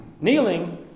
Kneeling